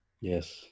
Yes